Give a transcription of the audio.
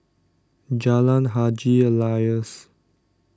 Jalan Haji Alias